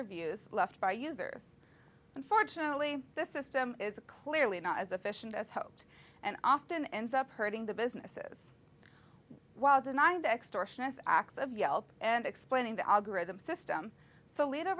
reviews left by users unfortunately this system is clearly not as efficient as hoped and often ends up hurting the businesses while denying the extortionist acts of yelp and explaining the algorithm system